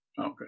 Okay